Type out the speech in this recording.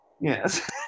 yes